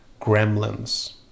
Gremlins